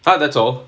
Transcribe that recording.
!huh! that's all